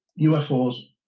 UFOs